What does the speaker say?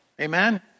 Amen